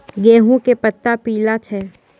गेहूँ के पत्ता पीला छै?